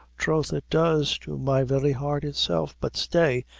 troth it does, to my very heart itself but stay,